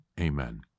Amen